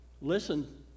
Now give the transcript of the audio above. Listen